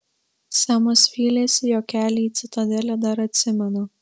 semas vylėsi jog kelią į citadelę dar atsimena